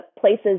places